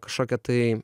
kažkokią tai